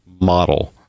model